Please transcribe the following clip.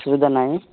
ସୁବିଧା ନାହିଁ